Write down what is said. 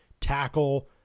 tackle